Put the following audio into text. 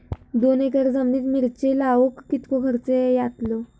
दोन एकर जमिनीत मिरचे लाऊक कितको खर्च यातलो?